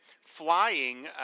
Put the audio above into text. flying